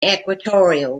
equatorial